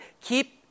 keep